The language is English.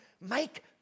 make